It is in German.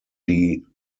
die